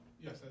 Yes